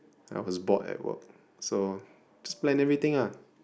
I was bored at work so just plan everything ah